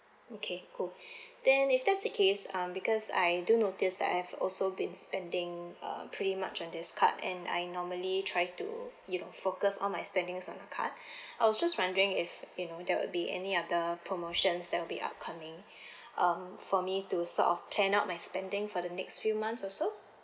okay cool then if that's the case um because I do notice that I've also been spending uh pretty much on this card and I normally try to you know focus all my spendings on the card I was just wondering if you know there will be any other promotions there'll be upcoming um for me to sort of plan out my spending for the next few months also